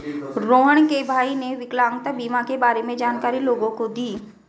रोहण के भाई ने विकलांगता बीमा के बारे में जानकारी लोगों को दी